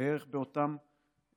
בערך באותם סכומים.